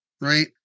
right